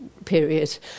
period